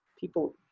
people